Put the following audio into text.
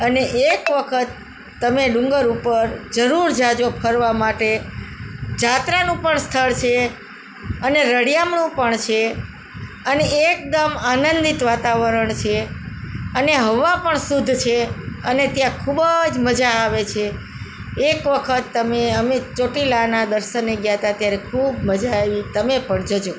અને એક વખત તમે ડુંગર ઉપર જરૂર જજો ફરવા માટે જાત્રાનું પણ સ્થળ છે અને રળિયામણું પણ છે અને એકદમ આનંદિત વાતાવરણ છે અને હવા પણ શુદ્ધ છે અને ત્યાં ખૂબ જ મજા આવે છે એક વખત તમે અમે ચોટીલાના દર્શને ગયા હતા ત્યારે ખૂબ મજા આવી તમે પણ જજો